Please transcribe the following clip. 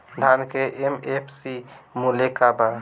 धान के एम.एफ.सी मूल्य का बा?